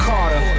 Carter